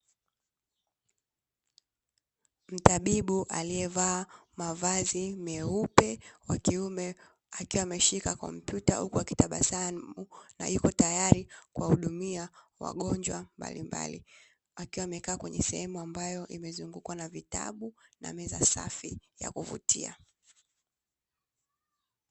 Mtabibu alievaa mavazi meupe wakiume akiwa ameshika kompyuta huku akitabasamu na yupo tayari kuwahudumia wagonjwa mbalimbali, akiwa amekaa kwenye sehemu ambayo imezungukwa na vitabu na meza safi ya kuvutia.